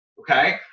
okay